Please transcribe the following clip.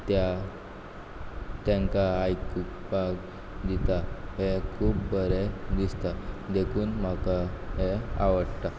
त्या तेंकां आयकुपाक दिता हें खूब बरें दिसता देखून म्हाका हें आवडटा